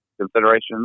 considerations